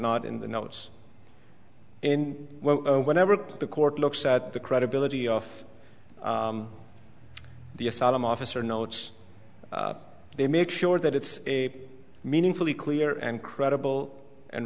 not in the notes in whenever the court looks at the credibility of the asylum officer notes they make sure that it's a meaningfully clear and credible and